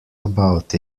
about